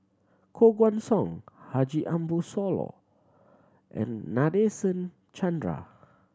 Koh Guan Song Haji Ambo Sooloh and Nadasen Chandra